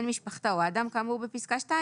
בן משפחתו או אדם כאמור בפסקה (2)